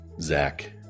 Zach